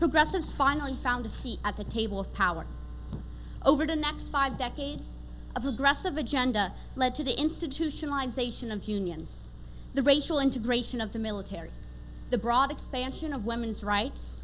progressive's finally found a seat at the table of power over the next five decades of aggressive agenda led to the institutionalisation of unions the racial integration of the military the broad expansion of women's rights